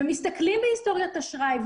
כן מסתכלים בהיסטוריית אשראי,